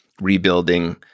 rebuilding